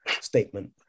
statement